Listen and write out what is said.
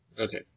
Okay